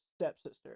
stepsister